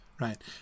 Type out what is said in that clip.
right